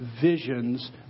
visions